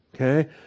okay